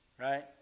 right